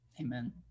amen